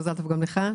מזל טוב גם לך.